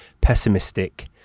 pessimistic